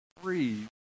three